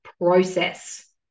process